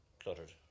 cluttered